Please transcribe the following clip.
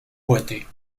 boiter